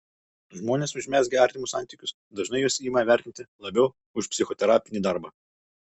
žmonės užmezgę artimus santykius dažnai juos ima vertinti labiau už psichoterapinį darbą